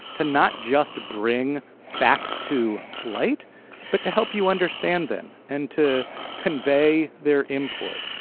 to not just bring facts to light but to help you understand them and to convey their import.